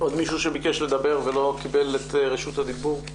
עוד מישהו שביקש לדבר ולא קיבל את רשות הדיבור?